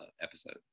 episode